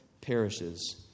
perishes